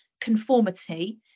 conformity